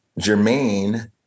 Jermaine